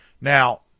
Now